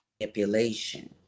manipulation